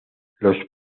los